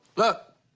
look,